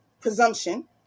presumption